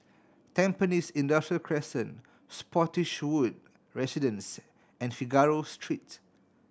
Tampines Industrial Crescent Spottiswoode Residences and Figaro Street